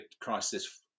crisis